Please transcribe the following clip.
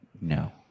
no